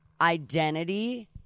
identity